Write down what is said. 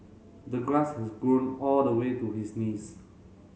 the grass has grown all the way to his knees